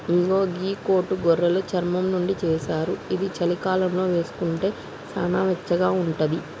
ఇగో గీ కోటు గొర్రెలు చర్మం నుండి చేశారు ఇది చలికాలంలో వేసుకుంటే సానా వెచ్చగా ఉంటది